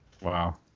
wow